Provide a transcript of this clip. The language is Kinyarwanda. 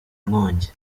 nkongi